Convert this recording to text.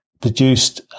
produced